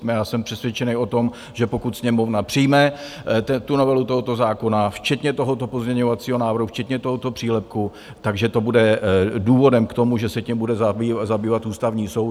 A já jsem přesvědčený o tom, že pokud Sněmovna přijme novelu tohoto zákona, včetně tohoto pozměňovacího návrhu, včetně tohoto přílepku, že to bude důvodem k tomu, že se tím bude zabývat Ústavní soud.